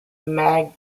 magdalen